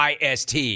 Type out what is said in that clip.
IST